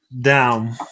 Down